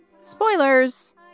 Spoilers